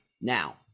now